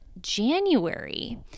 January